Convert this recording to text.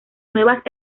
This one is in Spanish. nuevas